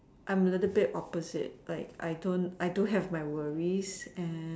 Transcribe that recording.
I'm a little bit opposite like I don't I do have my worries